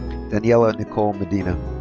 daniella nicole medina.